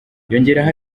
yongeraho